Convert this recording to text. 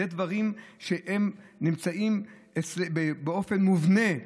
אלה דברים שנמצאים באופן מובנה.